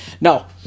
Now